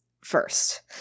first